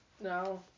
No